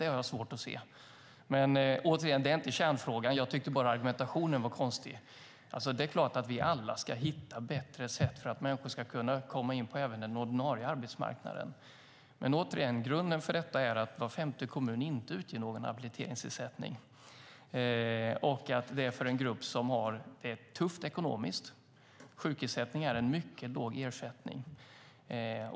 Det har jag svårt att se. Återigen: Det är dock inte kärnfrågan. Jag tyckte bara att argumentationen var konstig. Det är klart att vi alla ska hitta bättre sätt för att människor ska kunna komma in även på den ordinarie arbetsmarknaden. Men grunden för detta är att var femte kommun inte utger någon habiliteringsersättning. Sjukersättning är en mycket låg ersättning, och detta är en grupp som har det tufft ekonomiskt.